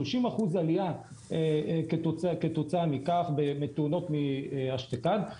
30% עלייה כתוצאה מכך בתאונות מ --- בואו,